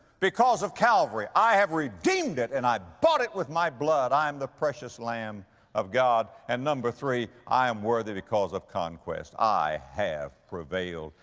because of calvary i have redeemed it and i bought it with my blood. i am the precious lamb of god. and number three, i am worthy because of conquest i have prevailed.